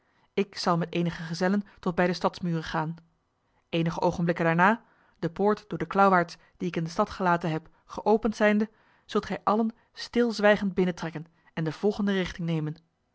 ik zal met enige gezellen tot bij de stadsmuren gaan enige ogenblikken daarna de poort door de klauwaards die ik in de stad gelaten heb geopend zijnde zult gij allen stilzwijgend binnentrekken en de volgende richting nemen